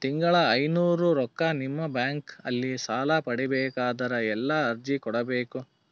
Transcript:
ತಿಂಗಳ ಐನೂರು ರೊಕ್ಕ ನಿಮ್ಮ ಬ್ಯಾಂಕ್ ಅಲ್ಲಿ ಸಾಲ ಪಡಿಬೇಕಂದರ ಎಲ್ಲ ಅರ್ಜಿ ಕೊಡಬೇಕು?